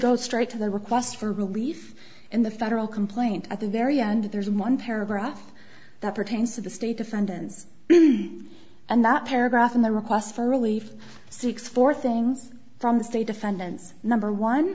go straight to the request for relief in the federal complaint at the very end there's one paragraph that pertains to the state defendants and that paragraph in the request for relief seeks for things from the state defendants number one